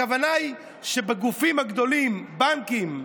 הכוונה היא לגופים הגדולים, בנקים.